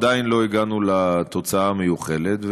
עדיין לא הגענו לתוצאה המיוחלת,